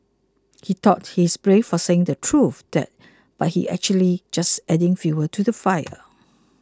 he thought he's brave for saying the truth but he's actually just adding fuel to the fire